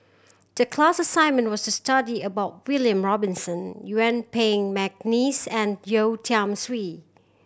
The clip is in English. the class assignment was to study about William Robinson Yuen Peng McNeice and Yeo Tiam Siew